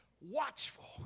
watchful